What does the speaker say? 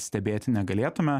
stebėti negalėtume